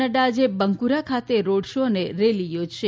નફા આજે બંકુરા ખાતે રોડ શો અને રેલી યોજશે